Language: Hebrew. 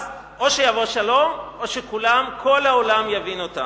אז או שיבוא שלום, או שכולם, כל העולם יבין אותנו.